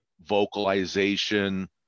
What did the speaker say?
vocalization